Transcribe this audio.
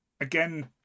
again